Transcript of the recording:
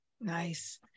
Nice